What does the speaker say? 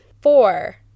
Four